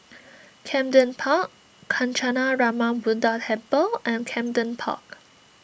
Camden Park Kancanarama Buddha Temple and Camden Park